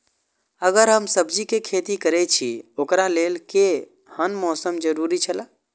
अगर हम सब्जीके खेती करे छि ओकरा लेल के हन मौसम के जरुरी छला?